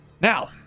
now